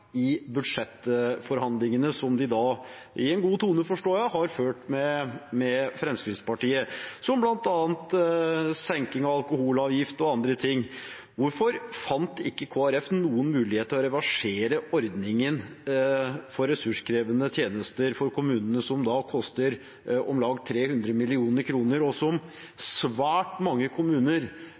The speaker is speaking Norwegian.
i budsjettforhandlingene som de i en god tone, forstår jeg, har ført med Fremskrittspartiet, som bl.a. senking av alkoholavgift og annet: Hvorfor fant ikke Kristelig Folkeparti noen mulighet til å reversere ordningen for ressurskrevende tjenester for kommunene, som koster om lag 300 mill. kr, og som svært mange kommuner